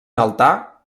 altar